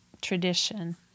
tradition